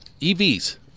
EVs